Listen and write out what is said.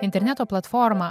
interneto platforma